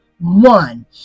one